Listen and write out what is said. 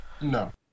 No